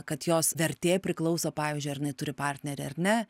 kad jos vertė priklauso pavyzdžiui ar jinai turi partnerį ar ne